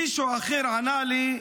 מישהו אחר ענה לי: